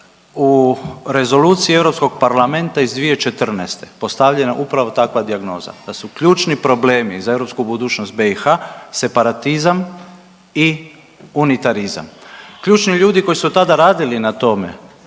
u Rezoluciji Europskog parlamenta iz 2014. postavljena je upravo takva dijagnoza da su ključni problemi za europsku budućnost BiH separatizam i unitarizam. Ključni ljudi koji su tada radili na tome